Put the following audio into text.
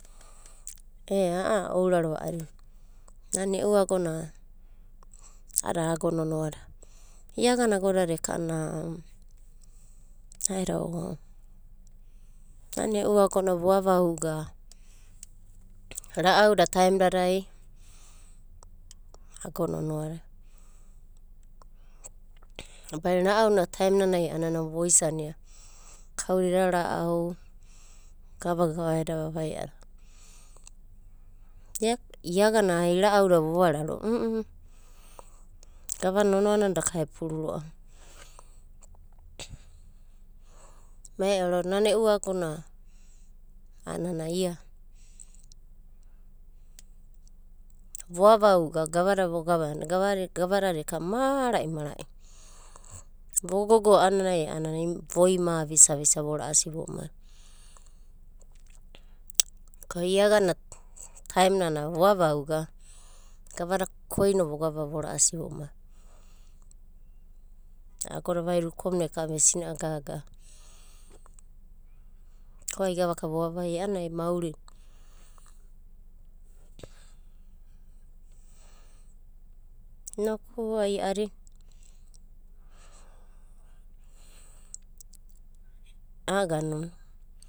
E'a aoraro a'adina. Nan e'u agona, ada a'go nonoa ada. Ia gana agodada eka anana, adidawo. Nan e'u agona vo avauga, ra'auda taim dada. a'go nonoa. Badina ra'au na taim nanai anana vo isania kau eda ra'au, gava gava eda vavai adada i'a gana ai ra'au na vo vararoa gava nonoana daka e puru roava. Mai ero e'u agona, anana ia, voava uga gavada vogavanda gavadada marai marai vo goggo anana vo ima avisa vo ra'asi vo mai. ko'i'a gana taim nana vo avauga, gavada koi no vogava vo ra'asi vomai. agoda vaida ukomna ve sina'e gaga. ko ai gavaka vovavai'a ana maurina. i'noku a'adi. aganu.